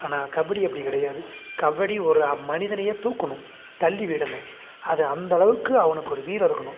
ஆனால் கபடி அப்படி கிடையாது கபடி ஒரு மனிதனையே தூக்கணும் தள்ளி விடணும் அது அந்த அளவுக்கு அவனுக்கு ஒரு வீரம் இருக்கணும்